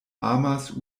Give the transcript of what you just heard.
amas